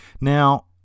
Now